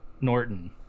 Norton